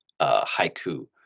haiku